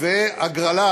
והגרלה